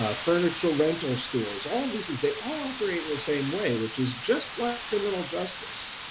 ah furniture rental stores. all of these things, they all operate in the same way, which is just like criminal justice.